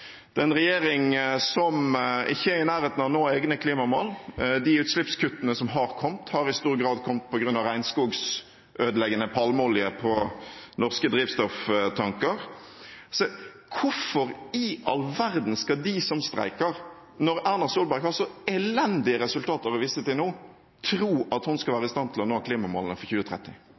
regjering som ikke er i nærheten av å nå egne klimamål. De utslippskuttene som har kommet, har i stor grad kommet på grunn av regnskogsødeleggende palmeolje på norske drivstofftanker. Hvorfor i all verden skal de som streiker, når Erna Solberg har så elendige resultater å vise til nå, tro at hun skal være i stand til å nå klimamålene for 2030?